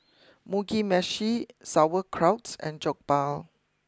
Mugi Meshi Sauerkraut and Jokbal